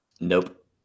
nope